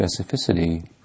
specificity